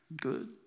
good